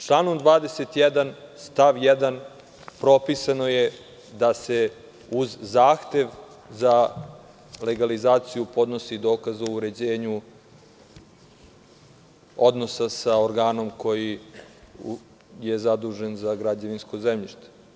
Članom 21. stav 1. propisano je da se uz zahtev za legalizaciju podnosi dokaz o uređenju odnosa sa organom koji je zadužen za građevinsko zemljište.